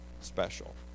special